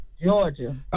Georgia